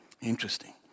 Interesting